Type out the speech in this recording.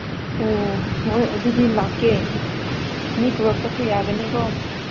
ꯑꯣ ꯍꯣꯏ ꯑꯗꯨꯗꯤ ꯂꯥꯛꯀꯦ ꯃꯤ ꯄꯨꯔꯛꯄꯁꯨ ꯌꯥꯒꯅꯤꯀꯣ